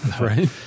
Right